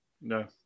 No